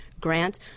grant